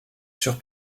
sur